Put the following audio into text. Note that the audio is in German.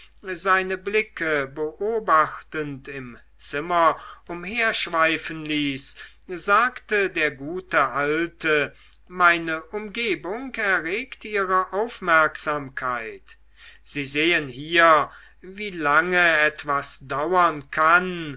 seine blicke beobachtend im zimmer umherschweifen ließ sagte der gute alte meine umgebung erregt ihre aufmerksamkeit sie sehen hier wie lange etwas dauern kann